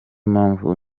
mpamvu